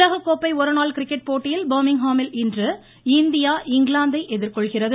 உலகக்கோப்பை ஒருநாள் கிரிக்கெட் போட்டியில் பர்மிங்ஹாமில் இன்று இந்தியா இங்கிலாந்தை எதிர்கொள்கிறது